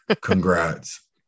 Congrats